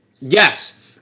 Yes